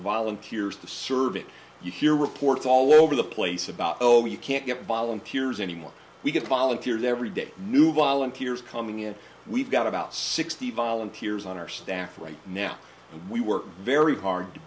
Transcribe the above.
volunteers to serve it you hear reports all over the place about oh you can't get volunteers anymore we get volunteers every day new volunteers coming in we've got about sixty volunteers on our staff right now and we work very hard